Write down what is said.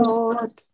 Lord